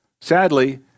Sadly